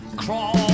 crawl